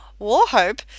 Warhope